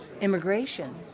immigration